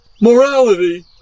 Morality